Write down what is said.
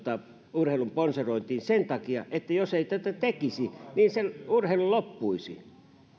urheilun sponsorointiin sen takia että jos ei tätä tekisi niin se urheilu loppuisi